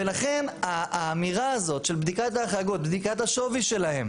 לכן האמירה הזאת של בדיקת ההחרגות ובדיקת השווי שלהן